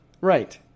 Right